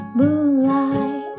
moonlight